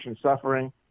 Suffering